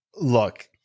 look